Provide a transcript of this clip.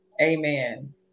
Amen